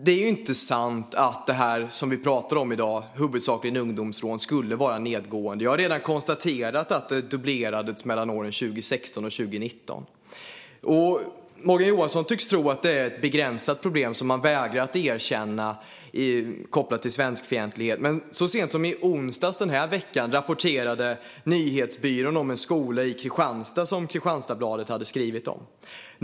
Det är inte sant att det vi huvudsakligen talar om i dag, ungdomsrån, skulle vara på nedgående. Jag har redan konstaterat att antalet dubblerades mellan 2016 och 2019. Morgan Johansson tycks tro att detta är ett begränsat problem och vägrar att erkänna att det är kopplat till svenskfientlighet. Men så sent som i onsdags denna vecka rapporterade Nyhetsbyrån om en skola i Kristianstad som Kristianstadsbladet hade skrivit om.